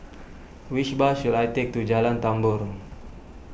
which bus should I take to Jalan Tambur